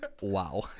Wow